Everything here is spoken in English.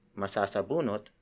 masasabunot